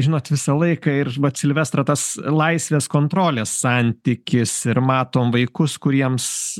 žinot visą laiką ir silvestrą tas laisvės kontrolės santykis ir matom vaikus kuriems